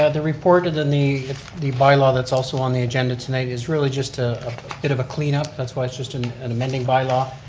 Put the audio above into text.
ah the report in the the by-law that's also on the agenda tonight is really just a bit of a clean up, that's why it's just and an amending by-law.